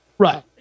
right